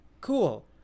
Cool